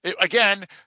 Again